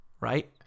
right